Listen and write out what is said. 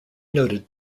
noted